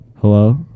Hello